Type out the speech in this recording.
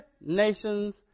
nation's